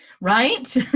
right